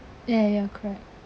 ya you're correct